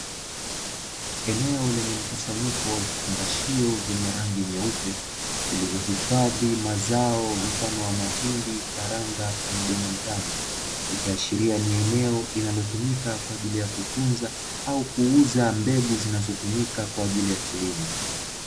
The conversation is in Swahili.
Eneo lenye mkusanyiko wa vifungashio vyenye rangi nyeupe, vilivyohifadhi mazao mfano wa mahindi, karanga, pamoja na mtama. Ikiashiria ni eneo linalotumika kwa ajili ya kutunza, au kuuza mbegu zinazotumika kwa ajili ya kilimo.